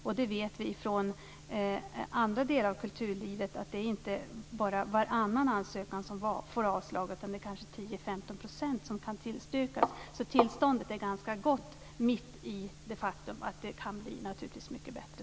Vi vet från andra delar av kulturlivet att mer än varannan ansökan får avslag, det är kanske bara 10 15 % som tillstyrks. Tillståndet är gott - mitt i det faktum att det kan bli bättre.